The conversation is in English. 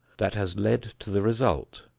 that has led to the result,